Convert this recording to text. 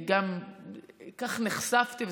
כך נחשפתי,